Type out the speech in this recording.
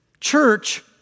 Church